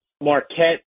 Marquette